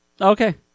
Okay